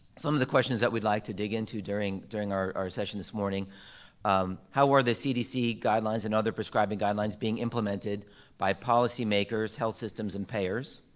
some of the questions that we like to dig into during during our our session this morning how are the cdc guidelines and other prescribing guidelines being implemented by policy makers, health systems, and payers?